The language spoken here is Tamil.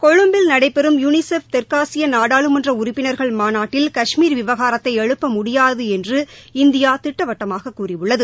கொழும்பில் நடைபெறும் யுளிசெஃப் தெற்காசிய நாடாளுமன்ற உறுப்பினர்கள் மாநாட்டில் கஷ்மீர் விவகாரத்தை எழுப்ப முடியாது என்று இந்தியா திட்டவட்டமாகக் கூறியுள்ளது